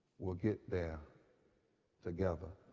will get there together.